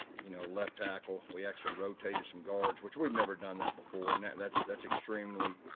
you know, left tackle, we actually rotated some guards, which we've never done that before. and that's, that's extremely